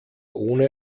ohne